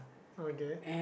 okay